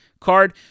card